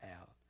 out